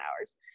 hours